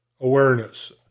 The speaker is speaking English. Awareness